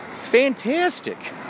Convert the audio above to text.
Fantastic